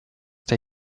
der